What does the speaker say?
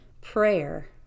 Prayer